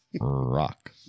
Rock